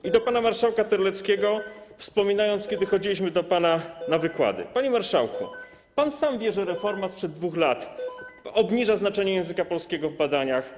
I do pana marszałka Terleckiego, wspominając, kiedy chodziliśmy do pana na wykłady - panie marszałku, pan sam wie, że reforma sprzed 2 lat obniża znaczenie języka polskiego w badaniach.